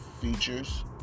features